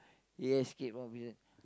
he escape from prison